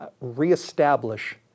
reestablish